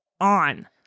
on